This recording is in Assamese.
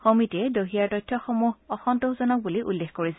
সমিতিয়ে ডহিয়াৰ তথ্যসমূহ অসন্তোষজনক বুলি উল্লেখ কৰিছিল